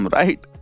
right